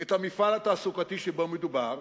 את המפעל התעסוקתי שבו מדובר,